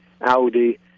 Audi